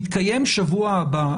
יתקיים בשבוע הבא,